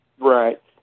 Right